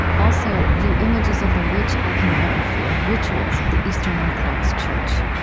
also, view images of the rich iconography and rituals of the eastern orthodox church.